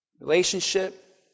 relationship